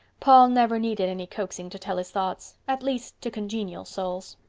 paul never needed any coaxing to tell his thoughts. at least, to congenial souls.